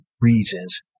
reasons